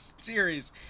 series